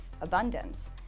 abundance